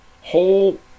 whole